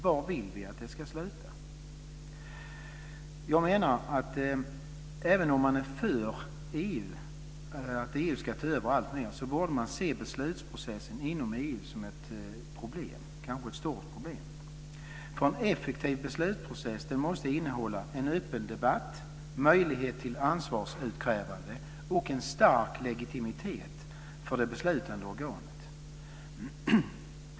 Var vill vi att det ska sluta? Även om man är för att EU ska ta över alltmer bör man se beslutprocessen inom EU som ett problem, kanske ett stort problem. En effektiv beslutsprocess måste innehålla en öppen debatt, möjlighet till ansvarsutkrävande och en stark legitimitet för det beslutande organet.